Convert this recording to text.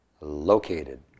located